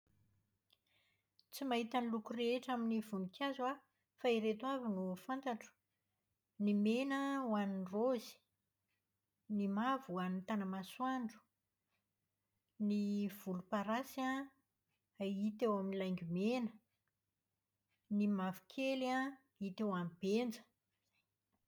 Tsy mahita ny loko rehetra amin'ny voninkazo aho, fa ireto avy no fantatro. Ny mena ho an'ny raozy. Ny mavo ho an'ny tanamasoandro. Ny voloparasy hita eo amin'ny laingomena. Ny mavokely hita eo amin'ny benja.